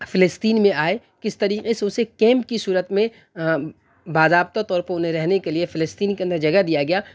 فلسطین میں آئے کس طریقے سے اسے کیمپ کی صورت میں باضابطہ طور پر انہیں رہنے کے لیے فلسطین کے اندر جگہ دیا گیا